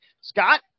Scott